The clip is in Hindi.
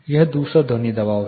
यह दूसरा ध्वनि दबाव है